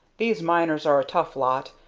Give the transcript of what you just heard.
these miners are a tough lot,